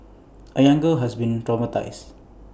A young girl has been traumatised